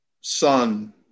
son